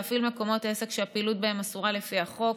להפעיל מקומות עסק שהפעילות בהם אסורה לפי החוק,